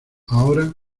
ahora